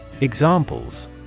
Examples